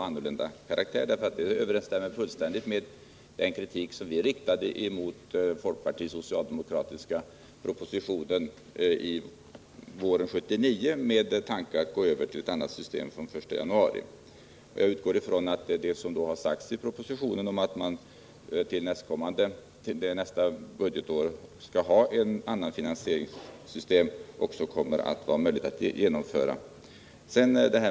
Denna uppfattning överensstämmer fullständigt med den kritik som vi riktade mot folkpartiregeringens socialdemokratiskt stödda proposition våren 1979, där det framfördes tankegångar om övergång till ett nytt system fr.o.m. den 1 januari 1980. Jag utgår från att vad som i propositionen nu sägs om att vi fr.o.m. nästa budgetår skall få ett annat finansieringssystem också skall vara möjligt att genomföra.